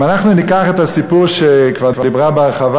אם אנחנו ניקח את הסיפור שכבר סיפרה בהרחבה